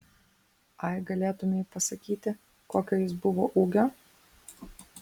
ai galėtumei pasakyti kokio jis buvo ūgio